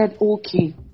okay